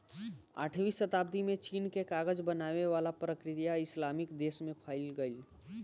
आठवीं सताब्दी में चीन के कागज बनावे वाला प्रक्रिया इस्लामिक देश में फईल गईल